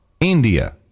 India